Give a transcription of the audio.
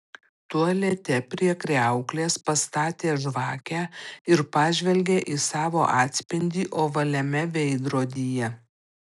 tualete prie kriauklės pastatė žvakę ir pažvelgė į savo atspindį ovaliame veidrodyje